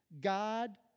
God